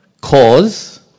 cause